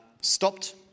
stopped